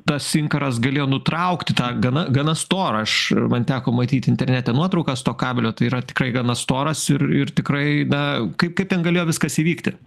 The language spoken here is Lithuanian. tas inkaras galėjo nutraukti tą gana gana storą aš man teko matyt internete nuotraukas to kabelio tai yra tikrai gana storas ir ir tikrai na kaip kaip ten galėjo viskas įvykti